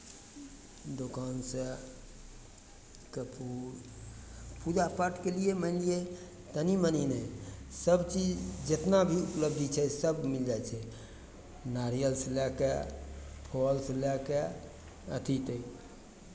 दोकानसँ कपूर पूजा पाठके लिए मानि लिअ तनि मनि नहि सभचीज जितना भी उपलब्धि छै सभ मिल जाइ छै नारियलसँ लए कऽ फलसँ लए कऽ अथि तक